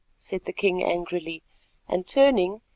said the king angrily and, turning,